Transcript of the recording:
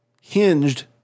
hinged